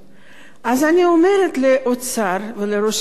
אז אני אומרת לאוצר ולראש הממשלה: